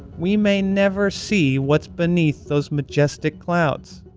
we may never see what's beneath those majestic clouds.